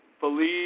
believe